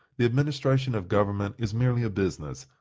the administration of government is merely a business,